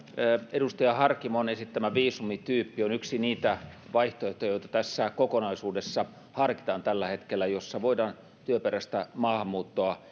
edustaja harkimon esittämä viisumityyppi on yksi niitä vaihtoehtoja joita tässä kokonaisuudessa harkitaan tällä hetkellä ja joilla voidaan työperäistä maahanmuuttoa